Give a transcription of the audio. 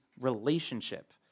relationship